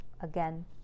again